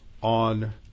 on